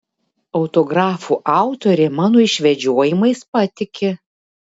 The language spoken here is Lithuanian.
autografų autorė mano išvedžiojimais patiki